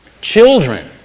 children